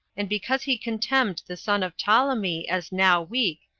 and because he contemned the son of ptolemy, as now weak,